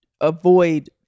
avoid